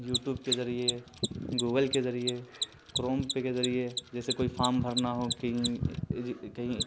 YouTube کے ذریعے Google کے ذریعے کروم پے کے ذریعے جیسے کوئی فارم بھر ہو کہیں